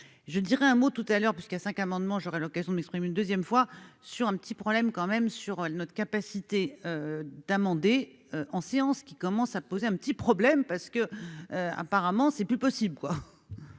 je dirai un mot tout à l'heure parce qu'à cinq amendements, j'aurai l'occasion de m'exprimer une deuxième fois sur un petit problème quand même sur notre capacité d'amender en séance qui commence à poser un petit problème parce que, apparemment, c'est plus possible